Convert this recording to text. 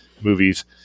movies